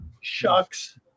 Shucks